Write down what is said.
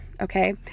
okay